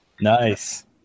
Nice